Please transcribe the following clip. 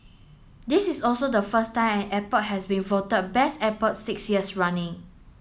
this is also the first time an airport has been voted Best Airport six years running